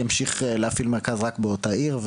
ימשיך להפעיל מרכז רק באותה העיר,